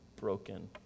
broken